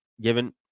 given